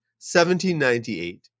1798